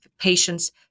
patient's